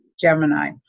Gemini